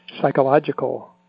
psychological